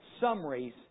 summaries